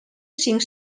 cinc